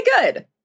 good